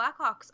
Blackhawks